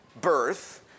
birth